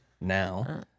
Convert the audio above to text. now